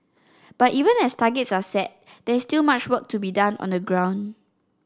but even as targets are set there is still much work to be done on the ground